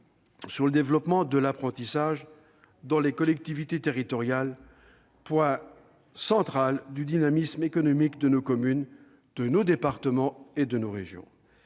sur le développement de l'apprentissage dans les collectivités territoriales, point central du dynamisme économique de nos communes, de nos départements et de nos régions.